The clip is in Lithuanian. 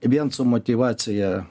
vien su motyvacija